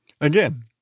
Again